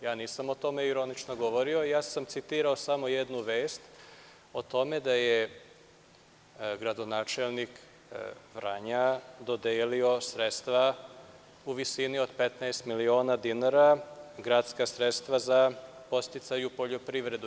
Ja nisam o tome ironično govorio, citirao sam samo jednu vest o tome da je gradonačelnik Vranja dodelio sredstva u visini od 15 miliona dinara, gradska sredstva za podsticaje u poljoprivredi.